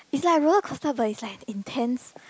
it's like rollercoaster but it's like intense